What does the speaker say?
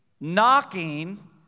knocking